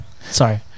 Sorry